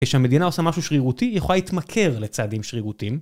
כשהמדינה עושה משהו שרירותי, היא יכולה להתמכר לצעדים שרירותיים.